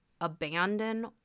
abandon